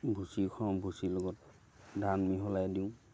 ভুচি খোৱাওঁ ভুচিৰ লগত ধান মিহলাই দিওঁ